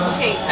Okay